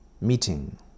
Meeting